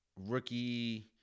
rookie